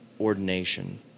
ordination